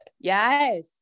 Yes